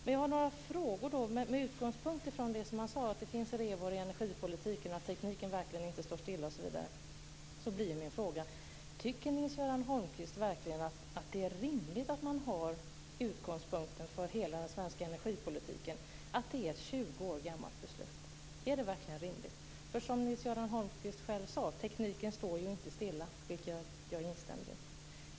Med utgångspunkt från dessa uttalanden har jag några frågor. Tycker Nils-Göran Holmqvist verkligen att det är rimligt att utgångspunkten för hela den svenska energipolitiken är ett tjugo år gammalt beslut? Är det verkligen rimligt? Som Nils-Göran Holmqvist själv sade och jag instämde i - tekniken står ju inte stilla.